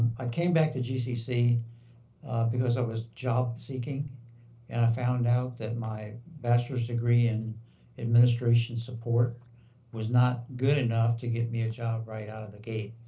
i came back to gcc because i was job seeking and i found out that my bachelor's degree in administration support was not good enough to get me a job right out of the gate.